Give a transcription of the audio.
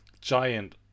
giant